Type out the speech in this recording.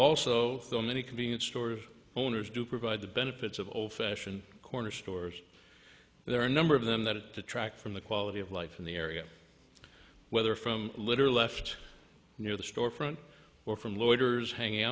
also so many convenience store owners do provide the benefits of old fashioned corner stores there are a number of them that it to track from the quality of life in the area whether from literally left near the store front or from loiters hang